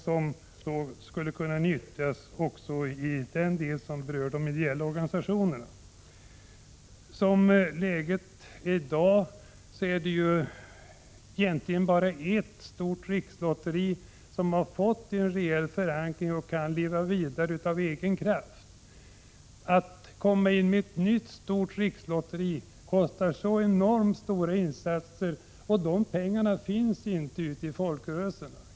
Som läget är i dag är det egentligen ett stort rikslotteri som har fått en reell förankring och kan leva vidare av egen kraft. Att starta ett nytt stort rikslotteri kostar enorma summor — och de pengarna finns inte ute i folkrörelserna.